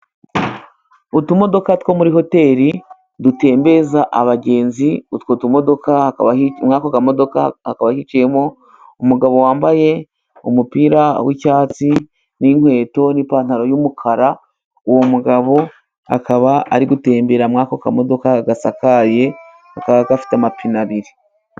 Utumodoka two muri hoteri dutembereza abagenzi, muri ako kamodoka hakaba hicayemo umugabo wambaye umupira wi'cyatsi, n'inkweto n'ipantaro y'umukara, uwo mugabo akaba ari gutembera muri ako kamodoka gasakaye kakaba gafite amapine abiri.